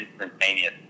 instantaneous